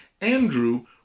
Andrew